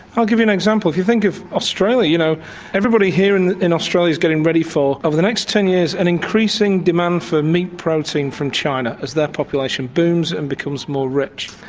i'll give you an example. if you think of australia, you know everybody here in in australia is getting ready for the next ten years and increasing demand for meat protein from china as their population booms and becomes more rich.